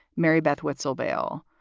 mary beth whitsell bail,